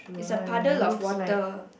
is a puddle of water